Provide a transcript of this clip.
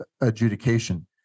adjudication